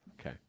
Okay